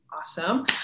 awesome